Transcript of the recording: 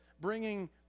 bringing